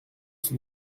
son